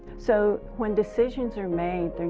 so, when decisions are made, and